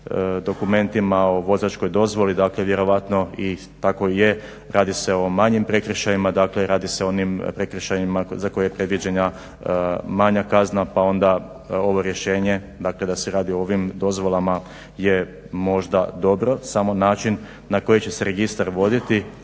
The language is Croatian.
dokumentima, o vozačkoj dozvoli vjerojatno i tako je radi se o manjim prekršajima, radi se o onim prekršajima za koje je predviđena manja kazna, pa onda ovo rješenje da se radi o ovim dozvolama je možda dobro. Samo način na koji će se registar voditi